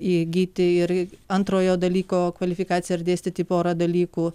įgyti ir antrojo dalyko kvalifikaciją ir dėstyti porą dalykų